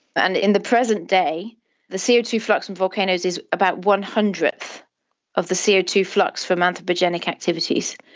and in the present day the c o two flux in and volcanoes is about one hundredth of the c o two flux from anthropogenic activities.